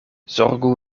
zorgu